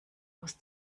aus